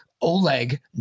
Oleg